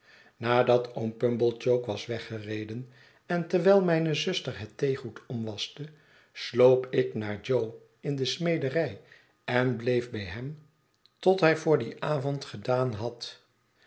at oom pumblechook was weggereden en terwijl mijne zuster het theegoed omwaschte sloop ik naar jo in de smederij en bleef bij hem tot hij voor dien avond gedaan had